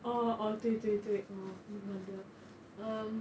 oh oh 对对对 oh no wonder um